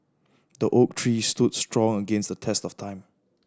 the oak tree stood strong against the test of time